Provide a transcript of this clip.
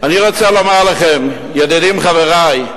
אני רוצה לומר לכם, ידידים, חברי,